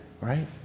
right